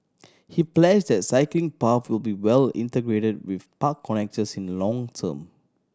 he pledged that cycling paths will be well integrated with park connectors in the long term